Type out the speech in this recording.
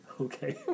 Okay